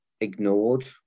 ignored